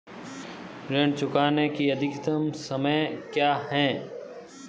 ऋण चुकाने का अधिकतम समय क्या है?